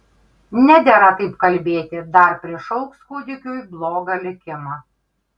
nedera taip kalbėti dar prišauks kūdikiui blogą likimą